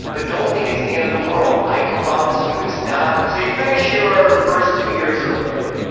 but don't think it's the end of the world, i promise you it's not. so you finish your first two years of learning,